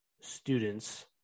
students